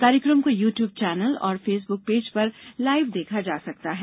कार्यकम को YouTube channel और फेसबुक पेज पर लाईव देखा जा सकता है